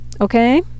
Okay